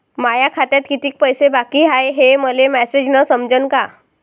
माया खात्यात कितीक पैसे बाकी हाय हे मले मॅसेजन समजनं का?